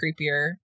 creepier